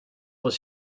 what